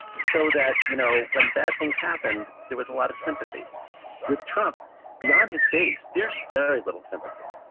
so that, you know, when bad things happened, there was a lot of sympathy with trump beyond his base. there's very little sympathy.